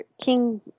King